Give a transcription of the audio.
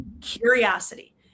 curiosity